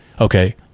okay